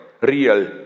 real